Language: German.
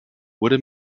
wurde